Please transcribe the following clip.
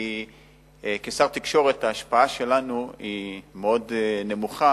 כי כשר התקשורת ההשפעה שלנו היא מאוד קטנה,